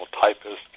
typist